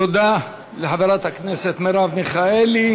תודה לחברת הכנסת מרב מיכאלי.